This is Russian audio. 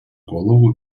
голову